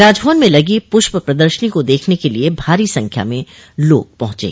राजभवन में लगी पुष्प पदर्शनी को देखने के लिए भारी संख्या में लोग पहुंचे